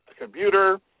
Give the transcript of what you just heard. computer